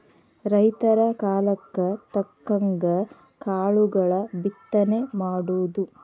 ರೈತರ ಕಾಲಕ್ಕ ತಕ್ಕಂಗ ಕಾಳುಗಳ ಬಿತ್ತನೆ ಮಾಡುದು